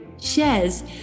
shares